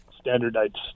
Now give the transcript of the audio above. standardized